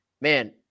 man